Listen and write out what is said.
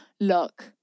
look